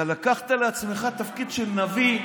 אתה לקחת לעצמך תפקיד של נביא.